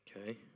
Okay